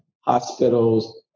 hospitals